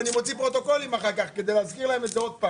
אני מוציא פרוטוקולים אחר כך להזכיר להם את זה.